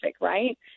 Right